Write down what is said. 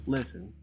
Listen